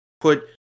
put